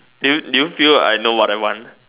do do you feel I know what I want